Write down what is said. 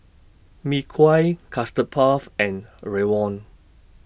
Mee Kuah Custard Puff and Rawon